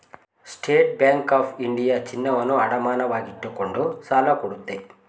state Bank of India ಚಿನ್ನವನ್ನು ಅಡಮಾನವಾಗಿಟ್ಟುಕೊಂಡು ಸಾಲ ಕೊಡುತ್ತೆ